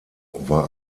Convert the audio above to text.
war